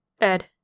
Ed